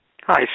Hi